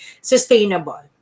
sustainable